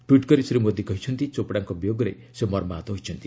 tweet କରି ଶ୍ରୀ ମୋଦି କହିଛନ୍ତି ଚୋପ୍ଡ଼ାଙ୍କ ବିୟୋଗରେ ସେ ମର୍ମାହତ ହୋଇଛନ୍ତି